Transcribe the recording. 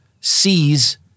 sees